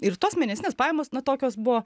ir tos mėnesinės pajamos na tokios buvo